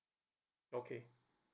okay